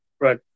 Right